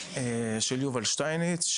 יובל שטייניץ,